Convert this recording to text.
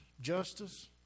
justice